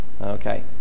okay